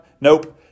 Nope